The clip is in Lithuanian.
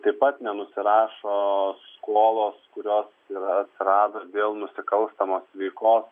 taip pat nenusirašo skolos kurios yra atsirado dėl nusikalstamos veikos